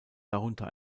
darunter